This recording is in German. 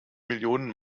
millionen